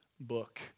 book